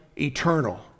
eternal